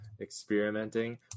experimenting